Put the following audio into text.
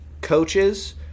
coaches